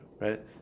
Right